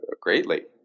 greatly